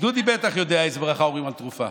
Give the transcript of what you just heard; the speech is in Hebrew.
דודי בטח יודע איזו ברכה אומרים על תרופה: